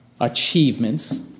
achievements